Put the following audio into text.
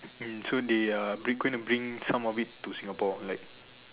and soon they are bring going to bring some of it to Singapore like